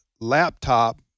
laptop